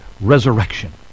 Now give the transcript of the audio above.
resurrection